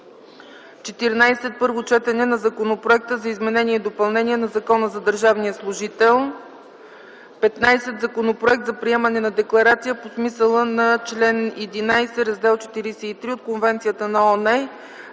14. Първо четене на Законопроекта за изменение и допълнение на Закона за държавния служител. 15. Законопроект за приемане на Декларация по смисъла на чл. ХІ, Раздел 43 от Конвенцията на ООН